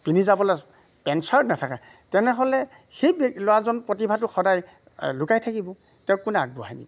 পিন্ধি যাবলে pant shirt নাথাকে তেনেহ'লে সেই ল'ৰাজন প্ৰতিভাটো সদায় লুকাই থাকিব তেওঁক কোনে আগবঢ়াই নিব